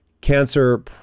cancer